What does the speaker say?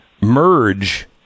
merge